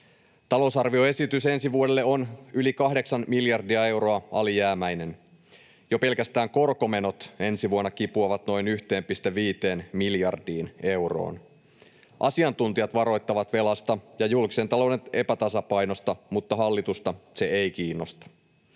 Talousarvioesitys ensi vuodelle on yli kahdeksan miljardia euroa alijäämäinen. Jo pelkästään korkomenot ensi vuonna kipuavat noin 1,5 miljardiin euroon. Asiantuntijat varoittavat velasta ja julkisen talouden epätasapainosta, mutta hallitusta se ei kiinnosta.